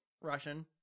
Russian